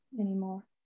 anymore